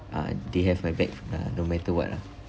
uh they have my back uh no matter what lah